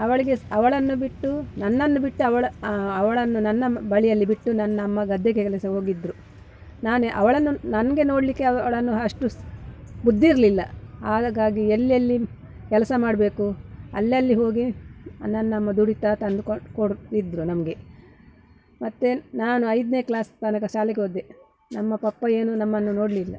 ಅವಳಿಗೆ ಸ್ ಅವಳನ್ನು ಬಿಟ್ಟು ನನ್ನನ್ನು ಬಿಟ್ಟು ಅವಳ ಅವಳನ್ನು ನನ್ನಮ್ಮ ಬಳಿಯಲ್ಲಿ ಬಿಟ್ಟು ನನ್ನಮ್ಮ ಗದ್ದೆ ಕೆಲಸ ಹೋಗಿದ್ದರು ನಾನೆ ಅವಳನ್ನು ನನಗೆ ನೋಡಲಿಕ್ಕೆ ಅವಳನ್ನು ಅಷ್ಟು ಸ್ ಬುದ್ಧಿ ಇರಲಿಲ್ಲ ಹಾಗಾಗಿ ಎಲ್ಲೆಲ್ಲಿ ಕೆಲಸ ಮಾಡಬೇಕು ಅಲ್ಲಲ್ಲಿ ಹೋಗಿ ನನ್ನಮ್ಮ ದುಡಿತಾ ತಂದುಕೊಡು ಕೊಡುತ್ತಿದ್ದರು ನಮಗೆ ಮತ್ತೆ ನಾನು ಐದನೇ ಕ್ಲಾಸ್ ತನಕ ಶಾಲೆಗೋದೆ ನಮ್ಮ ಪಪ್ಪ ಏನು ನಮ್ಮನ್ನು ನೋಡಲಿಲ್ಲ